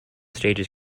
stages